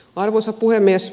arvoisa puhemies